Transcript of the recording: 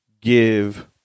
give